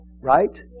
right